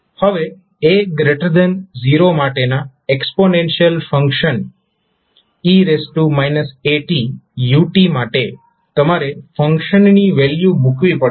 હવે a0 માટેના exponential function e atu માટે તમારે ફંક્શનની વેલ્યુ મુકવી પડશે